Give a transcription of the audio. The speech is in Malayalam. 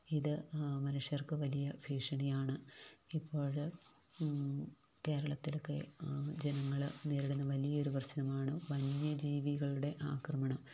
ഇത് മൻഷ്യർക്ക് വലിയ ഭീഷണിയാണ് ഇപ്പോഴ് കേരളത്തിലൊക്കെ ജനങ്ങൾ നേരിടുന്ന വലിയൊരു പ്രശ്നമാണ് വന്യജീവികളുടെ ആക്രമണം